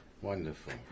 Wonderful